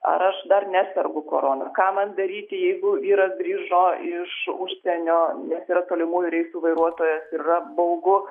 ar aš dar nesergu korona ką man daryti jeigu yra grįžo iš užsienio nes yra tolimųjų reisų vairuotojas yra baugu